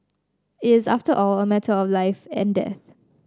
it is after all a matter of life and death